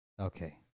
okay